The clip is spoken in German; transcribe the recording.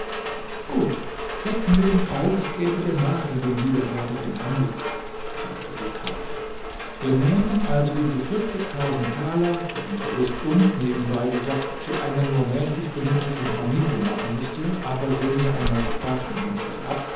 gut setzen wir den fall ich gäbe dir nach in dem widerwärtigen handel sagte sie kalt wir nähmen also diese vierzigtausend thaler deren verlust uns nebenbei gesagt zu einer nur mäßig bemittelten familie machen müßte aber sehen wir einmal auch davon gänzlich ab